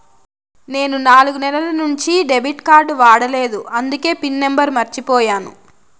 నేను నాలుగు నెలల నుంచి డెబిట్ కార్డ్ వాడలేదు అందికే పిన్ నెంబర్ మర్చిపోయాను